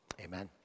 Amen